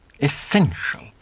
essential